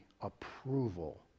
approval